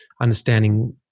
understanding